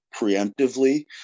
preemptively